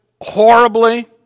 horribly